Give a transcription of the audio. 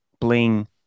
Bling